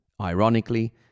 Ironically